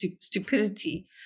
Stupidity